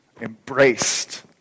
embraced